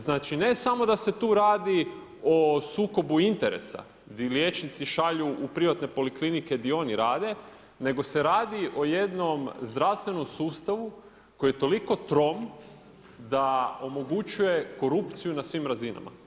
Znači ne samo da se tu radi o sukobu interesa gdje liječnici šalju u privatne poliklinike gdje oni rade, nego se radi o jednom zdravstvenom sustavu koji je toliko trom da omogućuje korupciju na svim razinama.